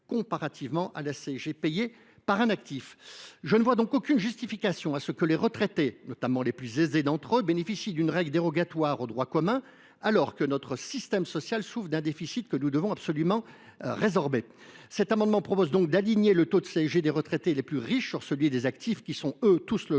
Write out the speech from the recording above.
comparativement à ce que paie un actif. Je ne vois aucune justification à ce que les retraités, notamment les plus aisés d’entre eux, bénéficient d’une règle dérogatoire au droit commun, alors que notre système social souffre d’un déficit que nous devons absolument résorber. Cet amendement vise donc à aligner le taux de CSG des retraités les plus riches sur celui des actifs, qui sont, eux, tous